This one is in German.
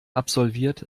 absolviert